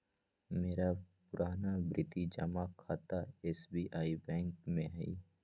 मेरा पुरनावृति जमा खता एस.बी.आई बैंक में हइ